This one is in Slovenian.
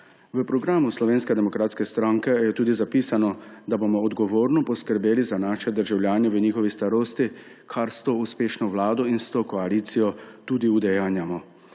V programu Slovenske demokratske stranke je tudi zapisano, da bomo odgovorno poskrbeli za naše državljane v njihovi starosti, kar s to uspešno vlado in s to koalicijo tudi udejanjamo.